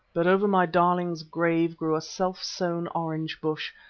but over my darling's grave grew a self-sown orange bush,